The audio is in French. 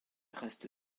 reste